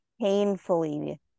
painfully